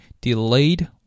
delayed